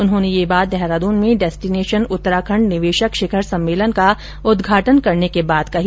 उन्होंने ये बात देहरादून में डेस्टीनेशन उत्तराखंड निवेशक शिखर सम्मेलन का उद्घाटन करते हुए कही